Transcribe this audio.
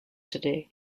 today